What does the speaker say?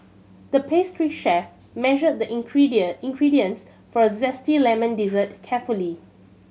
the pastry chef measured the ingredient ingredients for a zesty lemon dessert carefully